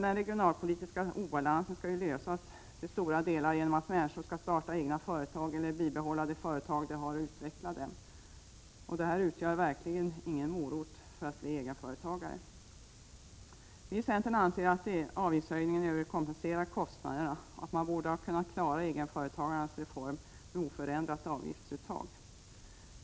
Den regionalpolitiska obalansen skall ju till stora delar rättas till genom att människor skall starta egna företag eller bibehålla de företag de har och utveckla dem. Det här utgör verkligen ingen morot för att bli egenföretagare! Vi i centern anser att avgiftshöjningen överkompenserar kostnaderna och att man borde ha kunnat klara egenföretagarnas reformer med oförändrat avgiftsuttag.